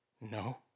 No